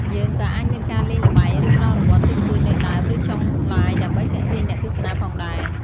យើងក៏អាចមានការលេងល្បែង ឬផ្តល់រង្វាន់តិចតួចនៅដើម ឫ ចុងLive ដើម្បីទាក់ទាញអ្នកទស្សនាផងដែរ។